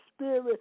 Spirit